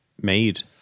made